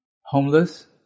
homeless